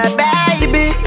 baby